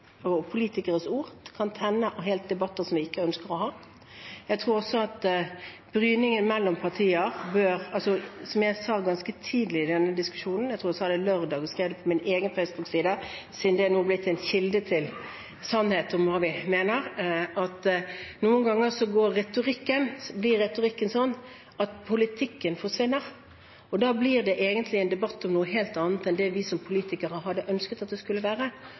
og politikeres ord kan tenne debatter som vi ikke ønsker å ha. Og til bryningen mellom partier: Som jeg sa ganske tidlig i denne diskusjonen, jeg tror jeg sa det lørdag og skrev det på min egen Facebook-side, siden det nå er blitt en kilde til sannhet om hva vi mener: Noen ganger blir retorikken sånn at politikken forsvinner, og da blir det egentlig en debatt om noe helt annet enn det vi som politikere hadde ønsket at det skulle være: